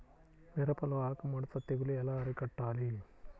మిరపలో ఆకు ముడత తెగులు ఎలా అరికట్టాలి?